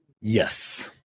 Yes